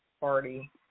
party